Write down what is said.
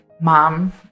mom